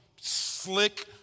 slick